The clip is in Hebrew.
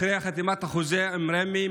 אחרי החתימה החוזה עם רמ"י,